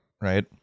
right